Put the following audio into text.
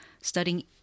studying